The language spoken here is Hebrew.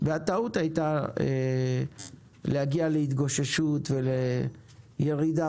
והטעות הייתה להגיע להתגוששות ולירידה